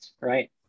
right